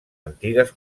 antigues